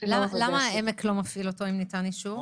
איכילוב למה בית חולים העמק לא מפעיל אותו אם ניתן אישור?